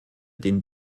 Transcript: den